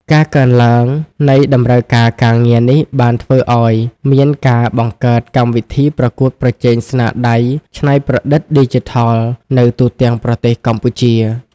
ការកើនឡើងនៃតម្រូវការការងារនេះបានធ្វើឱ្យមានការបង្កើតកម្មវិធីប្រកួតប្រជែងស្នាដៃច្នៃប្រឌិតឌីជីថលនៅទូទាំងប្រទេសកម្ពុជា។